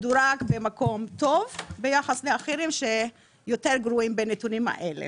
מדורג במקום טוב ביחס לאחרים שיותר גרועים בנתונים האלה.